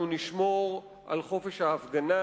אנחנו נשמור על חופש ההפגנה.